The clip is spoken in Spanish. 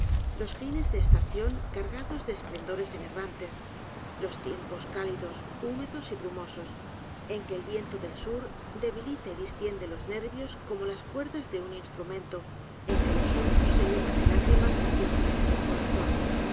los fines de estación cargados de esplendores enervantes los tiempos cálidos húmedos y brumosos en que el viento del sur debilita y distiende los nervios como las cuerdas de un instrumento en que los ojos se llenan de lágrimas que no vienen del corazón